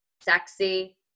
sexy